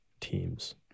teams